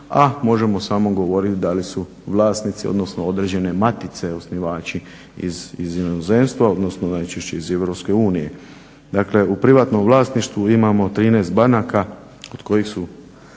a možemo samo govorit da li su vlasnici, odnosno određene matice, osnivači iz inozemstva, odnosno najčešće iz EU. Dakle, u privatnom vlasništvu imamo 13 banaka kod kojih su,